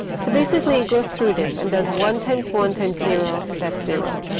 so basically it goes through this, and does one times one times zero, that's zero.